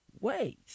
ways